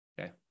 Okay